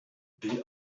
the